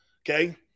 Okay